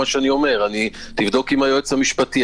תבדוק עם היועץ המשפטי.